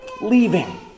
leaving